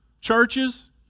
churches